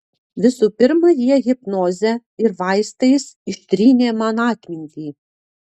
visų pirma jie hipnoze ir vaistais ištrynė man atmintį